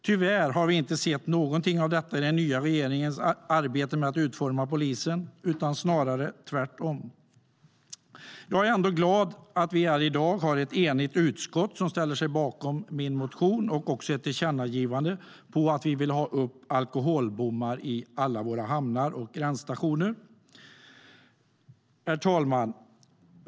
Tyvärr har vi inte sett något av detta i den nya regeringens arbete med att utforma polisens organisation utan snarare tvärtom. Jag är ändå glad att vi här i dag har ett enigt utskott som ställer sig bakom min motion och också ett tillkännagivande om att vi vill ha alkobommar i alla våra hamnar och gränsstationer. Herr talman!